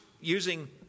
using